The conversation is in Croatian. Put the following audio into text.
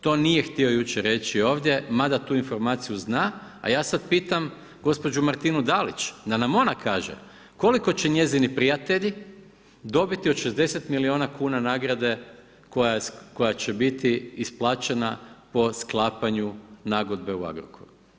To nije htio jučer reći ovdje, mada tu informaciju zna, a ja sad pitam gospođu Martinu Dalić da nam ona kaže koliko će njezini prijatelji dobiti od 60 miliona kuna nagrade koja će biti isplaćena po sklapanju nagodbe u Agrokoru.